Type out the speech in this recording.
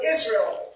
Israel